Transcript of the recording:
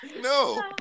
no